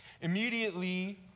Immediately